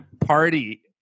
party